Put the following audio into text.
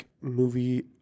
Movie